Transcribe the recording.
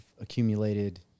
accumulated